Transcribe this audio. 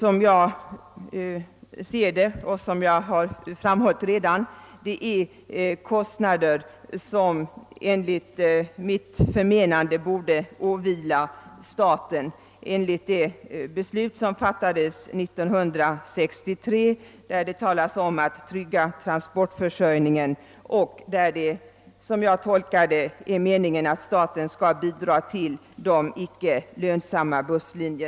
Detta är enligt min uppfattning kostnader som borde åvila staten enligt det beslut som fattades 1963, där det talas om att trygga transportförsörjningen och där det, som jag tolkar det, är meningen att staten skall bidra till driften av icke lönsamma busslinjer.